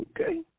Okay